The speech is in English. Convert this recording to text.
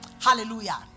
Hallelujah